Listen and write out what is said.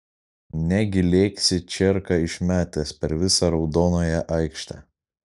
negi lėksi čierką išmetęs per visą raudonąją aikštę